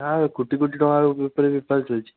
ତାର କୋଟି କୋଟି ଟଙ୍କାର ଉପରେ ବେପାର ଚାଲିଛି